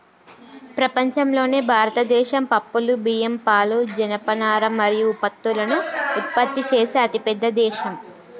ప్రపంచంలోనే భారతదేశం పప్పులు, బియ్యం, పాలు, జనపనార మరియు పత్తులను ఉత్పత్తి చేసే అతిపెద్ద దేశం